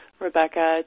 Rebecca